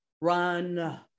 run